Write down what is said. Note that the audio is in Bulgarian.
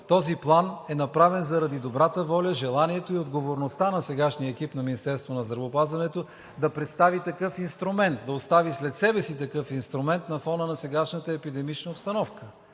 този план е направен заради добрата воля, желанието и отговорността на сегашния екип на Министерството на здравеопазването да представи такъв инструмент, да остави след себе си такъв инструмент на фона на сегашната епидемична обстановка.